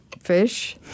fish